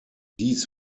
dies